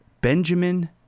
Benjamin